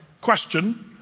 question